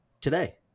today